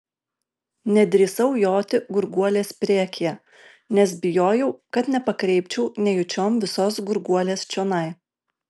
nedrįsau joti gurguolės priekyje nes bijojau kad nepakreipčiau nejučiom visos gurguolės čionai